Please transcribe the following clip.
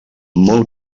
molt